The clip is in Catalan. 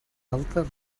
alta